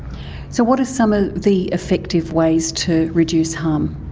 so what are some of the effective ways to reduce harm?